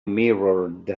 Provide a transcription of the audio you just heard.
mirrored